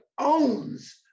owns